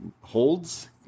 holds